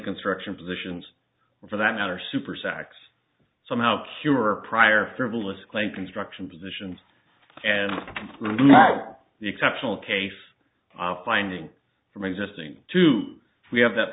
construction positions for that matter super sax somehow cure prior frivolous claim construction positions and the exceptional case of finding from existing two we have th